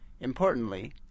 Importantly